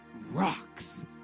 rocks